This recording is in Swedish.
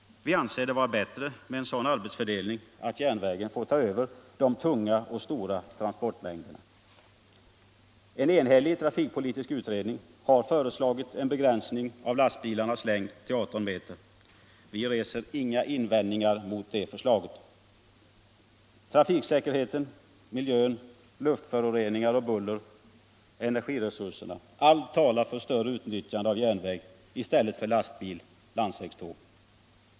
Vi anser det vara bättre med en sådan arbetsfördelning att järnvägen får ta över de tunga och stora transportmängderna. En enig trafikpolitisk utredning har föreslagit en begränsning av lastbilarnas längd till 18 meter. Vi reser inga invändningar mot det förslaget. Trafiksäkerheten, miljön, luftföroreningar och buller, energiresurserna —- allt talar för ett större utnyttjande av järnväg i stället för lastbil-landsvägståg.